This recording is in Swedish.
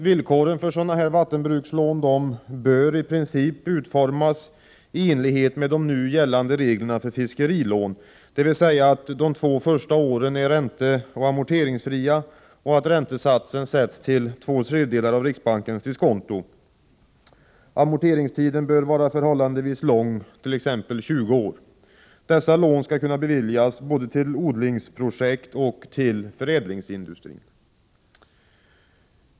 Villkoren för vattenbrukslån bör i princip utformas i enlighet med de nu gällande reglerna för fiskerilån, dvs. att de två första åren är ränteoch amorteringsfria och att räntesatsen sätts till två tredjedelar av riksbankens diskonto. Amorteringstiden bör vara förhål landevis lång, t.ex. 20 år. Dessa lån skall kunna beviljas både till odlingsprojekt och till förädlingsindustrin.